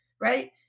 right